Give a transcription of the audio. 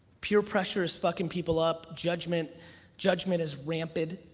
peer pressure is fucking people up. judgment judgment is rampant,